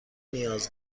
نیاز